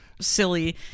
Silly